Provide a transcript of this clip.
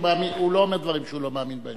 הוא לא אומר דברים שהוא לא מאמין בהם.